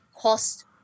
cost